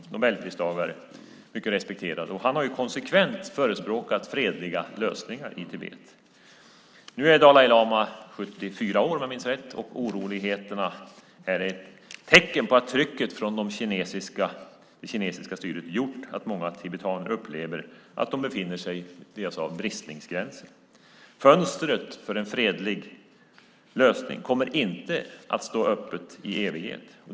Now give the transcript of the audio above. Han är Nobelpristagare och mycket respekterad. Han har konsekvent förespråkat fredliga lösningar i Tibet. Nu är Dalai lama 74 år, om jag minns rätt. Oroligheterna är ett tecken på att trycket från det kinesiska styret har gjort att många tibetaner upplever att de befinner sig på bristningsgränsen. Fönstret för en fredlig lösning kommer inte att stå öppet i evighet.